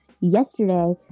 yesterday